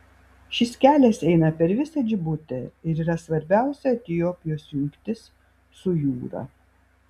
šis kelias eina per visą džibutį ir yra svarbiausia etiopijos jungtis su jūra